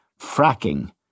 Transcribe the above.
fracking